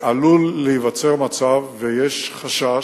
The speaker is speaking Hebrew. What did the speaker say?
עלול להיווצר מצב, ויש חשש